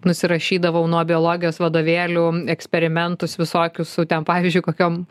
nusirašydavau nuo biologijos vadovėlių eksperimentus visokius su ten pavyzdžiui kokiom